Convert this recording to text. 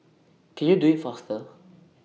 can you do IT faster